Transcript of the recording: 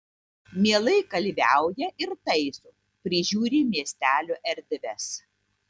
mielai kalviauja ir taiso prižiūri miestelio erdves